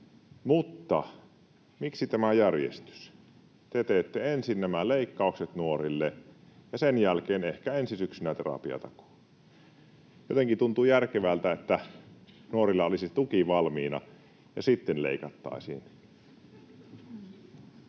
Mutta miksi tämä järjestys: te teette ensin nämä leikkaukset nuorille ja sen jälkeen, ehkä ensi syksynä, terapiatakuun? Jotenkin tuntuu järkevältä, että nuorilla olisi tuki valmiina ja sitten leikattaisiin.